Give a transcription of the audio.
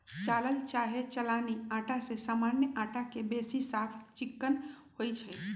चालल चाहे चलानी अटा जे सामान्य अटा से बेशी साफ चिक्कन होइ छइ